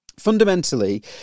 fundamentally